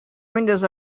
windows